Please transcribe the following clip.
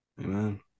Amen